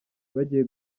bagiye